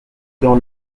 dans